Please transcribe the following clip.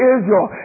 Israel